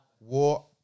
War